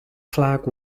flag